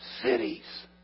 cities